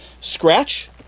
scratch